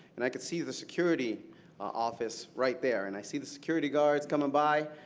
and i can see the security office right there. and i see the security guards coming by.